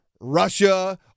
Russia